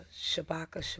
Shabaka